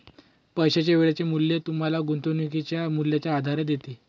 पैशाचे वेळेचे मूल्य तुम्हाला गुंतवणुकीच्या मूल्याचा आधार देते